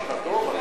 על